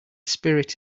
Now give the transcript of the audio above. spirit